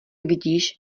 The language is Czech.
vidíš